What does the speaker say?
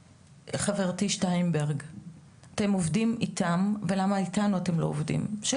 חברתי שטיינברג שאלה אותך אתם עובדים איתם ולמה איתנו אתם לא עובדים.